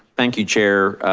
thank you chair.